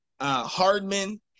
Hardman